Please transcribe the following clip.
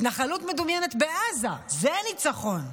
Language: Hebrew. התנחלות מדומיינת בעזה, זה הניצחון.